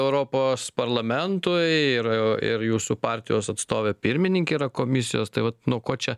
europos parlamentui ir ir jūsų partijos atstovė pirmininkė yra komisijos tai vat nuo ko čia